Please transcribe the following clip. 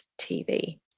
TV